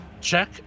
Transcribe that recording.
check